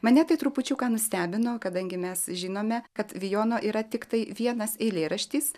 mane tai trupučiuką nustebino kadangi mes žinome kad vijono yra tiktai vienas eilėraštis